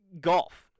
golf